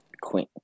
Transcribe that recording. queen